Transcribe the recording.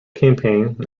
campaign